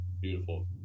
Beautiful